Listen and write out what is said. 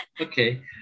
Okay